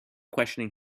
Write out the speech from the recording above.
questioning